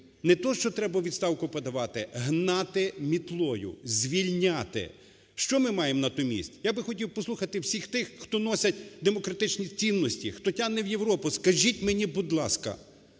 не те що треба у відставку подавати - гнати мітлою, звільняти. Що ми маємо натомість? Я би хотів послухати всіх тих, хто носять демократичні цінності, хто тягне в Європу. Скажіть мені, будь ласка,